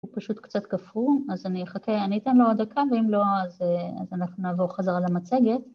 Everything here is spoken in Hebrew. הוא פשוט קצת כפור, אז אני אחכה, אני אתן לו עוד דקה ואם לא אז אנחנו נעבור חזרה למצגת